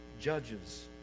judges